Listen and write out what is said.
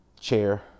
chair